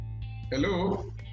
Hello